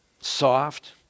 Soft